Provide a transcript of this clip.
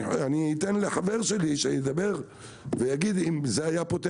אני אתן לחבר שלי לדבר ולהגיד אם זה היה פותר